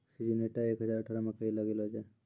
Syngenta एक हजार अठारह मकई लगैलो जाय?